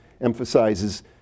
emphasizes